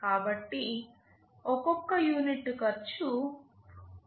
కాబట్టి ఒక్కో యూనిట్ ఖర్చు రూ